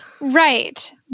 right